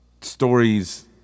stories